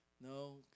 No